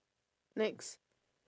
next